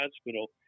hospital